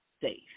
safe